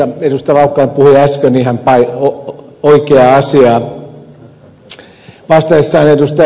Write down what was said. laukkanen puhui äsken ihan oikeaa asiaa vastatessaan ed